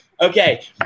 Okay